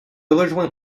rejoins